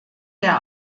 der